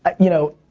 ya know,